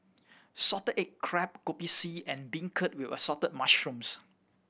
salted egg crab Kopi C and beancurd with Assorted Mushrooms